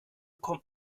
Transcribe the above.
kommt